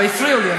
אבל הפריעו לי.